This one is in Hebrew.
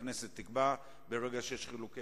את חברת הכנסת, ואני חבר הכנסת.